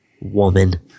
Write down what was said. woman